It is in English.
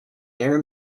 air